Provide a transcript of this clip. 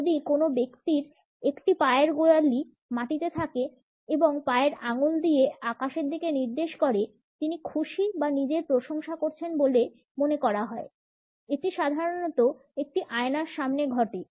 যদি কোন ব্যক্তির একটি পায়ের গোড়ালি মাটিতে থাকে এবং পায়ের আঙ্গুল দিয়ে আকাশের দিকে নির্দেশ করে তিনি খুশি বা নিজের প্রশংসা করছেন মনে করা হয় এটি সাধারণত একটি আয়নার সামনে ঘটে